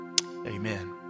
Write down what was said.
Amen